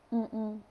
mm mm